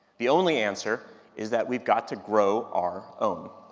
the only answer is that we've got to grow our own.